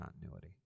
continuity